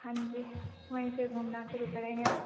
हाँ जी वहीं से घूमना शुरू करेंगे